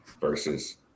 versus